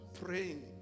praying